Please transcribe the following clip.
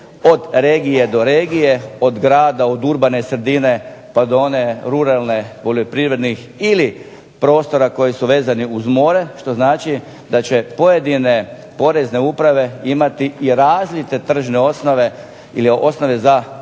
od regije do regije, od grada, od urbane sredine pa do one ruralne poljoprivrednih ili prostora koji su vezani uz more što znači da će pojedine porezne uprave imati i razvite tržišne osnove ili osnove za obračun